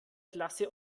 klasse